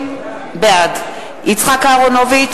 ותחזור.